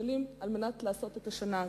שקלים כדי לעשות את אירועי השנה הזאת.